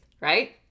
right